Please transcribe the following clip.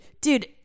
dude